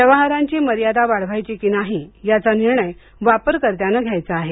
व्यवहारांची मर्यादा वाढवायची की नाही याचा निर्णय वापरकर्त्याने घ्यायचा आहे